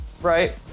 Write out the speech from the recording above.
Right